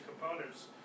components